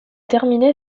terminé